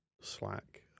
Slack